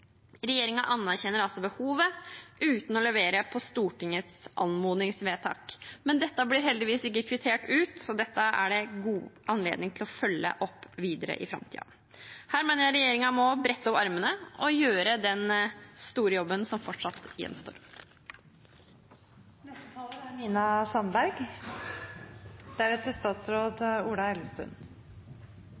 anerkjenner altså behovet uten å levere på Stortingets anmodningsvedtak. Men dette blir heldigvis ikke kvittert ut, så dette er det god anledning til å følge opp videre i framtiden. Her mener jeg regjeringen må brette opp ermene og gjøre den store jobben som fortsatt gjenstår. Som representanten Dag Terje Andersen understreket innledningsvis i dag, er